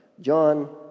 John